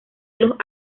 los